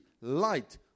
Light